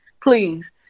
please